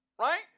Right